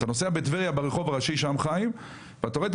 אתה נוסע בטבריה ברחוב הראשי --- חיים ואתה רואה את